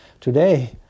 Today